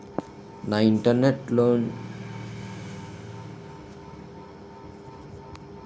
నా internet bill account లోంచి automatic గా కట్టే విధానం ఏదైనా ఉందా?